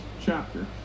chapter